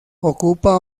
ocupa